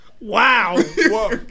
Wow